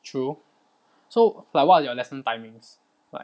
true so like what your lesson timings like